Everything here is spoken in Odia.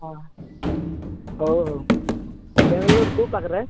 ହଁ ହଉ ହଉ ବେଙ୍ଗାଲୁରୁ କେଉଁ ପାଖରେ